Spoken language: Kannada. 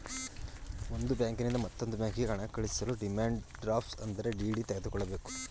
ಒಂದು ಬ್ಯಾಂಕಿನಿಂದ ಮತ್ತೊಂದು ಬ್ಯಾಂಕಿಗೆ ಹಣ ಕಳಿಸಲು ಡಿಮ್ಯಾಂಡ್ ಡ್ರಾಫ್ಟ್ ಅಂದರೆ ಡಿ.ಡಿ ತೆಗೆದುಕೊಳ್ಳಬೇಕು